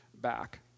back